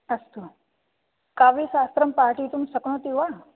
अस्तु काव्यशास्त्रं पाठयितुं शक्नोति वा